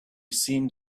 seemed